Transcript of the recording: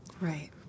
right